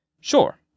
Sure